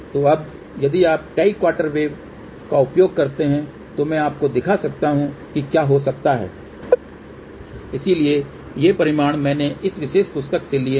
तो अब यदि आप कई क्वार्टर वेव का उपयोग करते हैं तो मैं आपको दिखा सकता हूं कि क्या हो सकता है इसलिए ये परिणाम मैंने इस विशेष पुस्तक से लिए हैं